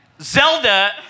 Zelda